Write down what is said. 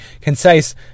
Concise